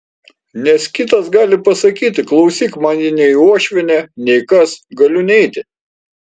nes kitas gali pasakyti klausyk man ji nei uošvienė nei kas galiu neiti